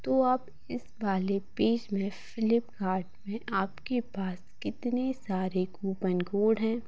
तो आप इस वाले पेज में फ्लिपकार्ट में आपके पास कितने सारे कूपन कोड हैं